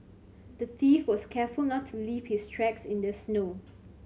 the thief was careful not to leave his tracks in the snow